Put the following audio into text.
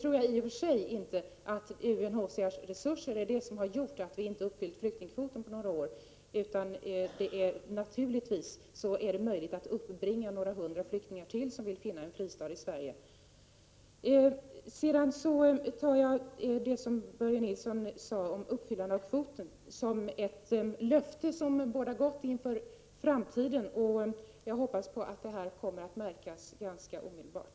I och för sig tror jag dock inte att det är UNHCR:s resurser som har gjort att vi under några år inte har uppfyllt flyktingkvoten, utan det är naturligtvis möjligt att uppbringa några hundra flyktingar till som vill finna en fristad i Sverige. Det Börje Nilsson sade om uppfyllande av kvoten tar jag som ett löfte som bådar gott inför framtiden. Jag hoppas att det kommer att märkas ganska omedelbart.